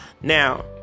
Now